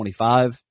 25